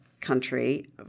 country